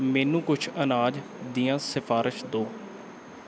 ਮੈਨੂੰ ਕੁਛ ਅਨਾਜ ਦੀਆਂ ਸਿਫਾਰਸ਼ ਦਿਓ